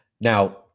Now